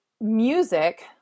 music